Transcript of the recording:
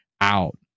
out